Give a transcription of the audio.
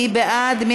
מי בעד?